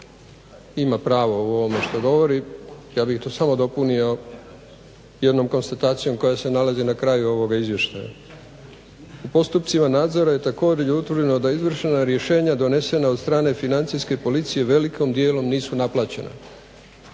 ima pravo u ovome što govori, ja bih to samo dopunio jednom konstatacijom koja se nalazi na kraju ovoga izvještaja. U postupcima nadzora je također utvrđeno da izvršna rješenja donesena od strane Financijske policije velikom dijelu nisu naplaćena